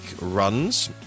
runs